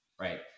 right